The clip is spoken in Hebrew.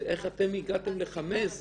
איך הגעתם ל-5 ?